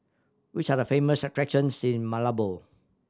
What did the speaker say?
which are the famous attractions in Malabo